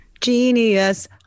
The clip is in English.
genius